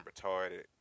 retarded